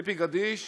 ציפי גדיש